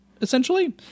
essentially